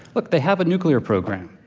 look, they have a nuclear program.